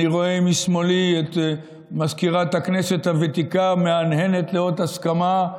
אני רואה משמאלי את מזכירת הכנסת הוותיקה מהנהנת לאות הסכמה,